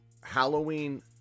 Halloween